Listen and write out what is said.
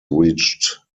reached